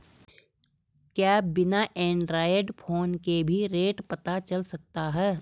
क्या बिना Android phone के भी रेट पता चल सकता है?